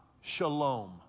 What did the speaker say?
Shalom